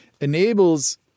enables